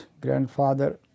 grandfather